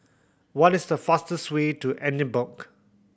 what is the fastest way to Edinburgh